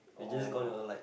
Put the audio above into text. oh